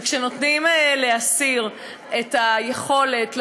כשנותנים לאסיר את היכולת לבוא,